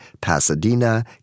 Pasadena